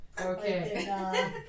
Okay